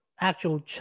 Actual